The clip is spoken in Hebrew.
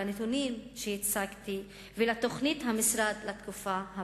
לנתונים שהצגתי ולתוכנית המשרד לתקופה הבאה.